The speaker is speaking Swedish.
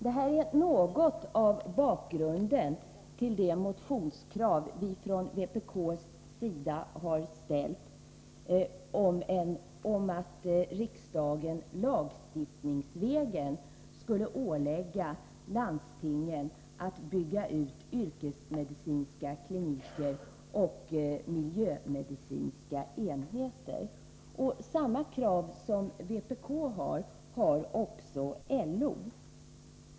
Detta är något av bakgrunden till de motionskrav vi från vpk:s sida har ställt på att riksdagen lagstiftningsvägen skall ålägga landstingen att bygga ut yrkesmedicinska kliniker och miljömedicinska enheter. Samma krav som vpk har ställt har också LO.